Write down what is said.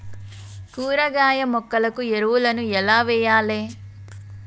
కూరగాయ మొక్కలకు ఎరువులను ఎలా వెయ్యాలే?